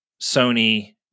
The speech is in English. Sony